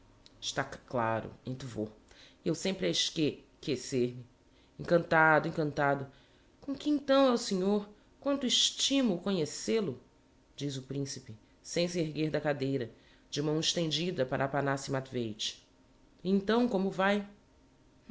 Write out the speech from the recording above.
claro em tvor e eu sempre a esqué quécer me encantado encantado com que então é o senhor quanto estimo conhecêl o diz o principe sem se erguer da cadeira de mão estendida para aphanassi matveich e então como vae